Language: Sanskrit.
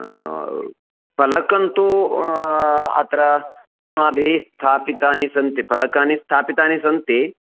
फलकं तु अत्र अस्माभिः स्थापितानि सन्ति फलकानि स्थापितानि सन्ति